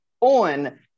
on